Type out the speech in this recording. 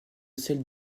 celles